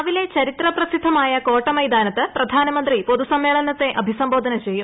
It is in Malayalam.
രാവിലെ ചരിത്ര പ്രസിദ്ധമായ കോട്ടമൈതാനത്ത് പ്രധാനമന്ത്രി പൊതുസമ്മേളനത്തെ അഭിസംബോധന ചെയ്യും